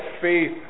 faith